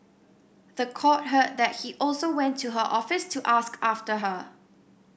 the court heard that he also went to her office to ask after her